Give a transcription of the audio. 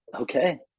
Okay